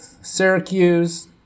Syracuse